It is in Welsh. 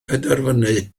penderfynu